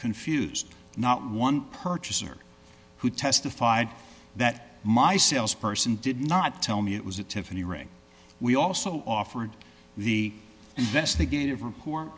confused not one purchaser who testified that my sales person did not tell me it was a tiffany ring we also offered the investigative report